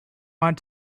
want